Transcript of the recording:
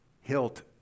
hilt